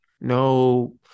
no